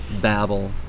babble